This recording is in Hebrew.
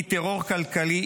היא טרור כלכלי,